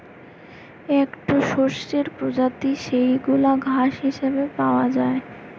একটো শস্যের প্রজাতি যেইগুলা ঘাস হিসেবে পাওয়া যায়